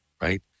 right